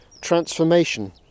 transformation